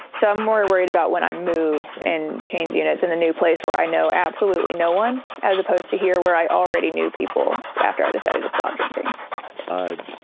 so i'm more worried about when i move and change units in a new place where i know absolutely no one as opposed to here where i already knew people after i decided to stop drinking